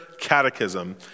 Catechism